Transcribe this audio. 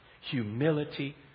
humility